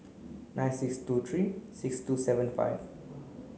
nine six two three six two seven five